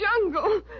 jungle